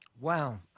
Wow